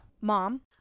Mom